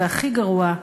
והכי גרוע,